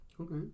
Okay